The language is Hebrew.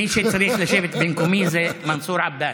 מי שצריך לשבת במקומי זה מנסור עבאס,